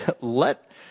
let